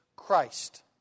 christ